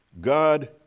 God